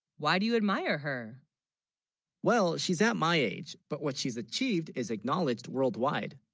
why, do you, admire her well she's at, my, age but what she's achieved is acknowledged worldwide